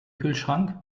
kühlschrank